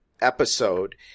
episode